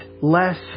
less